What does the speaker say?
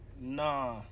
Nah